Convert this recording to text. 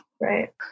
right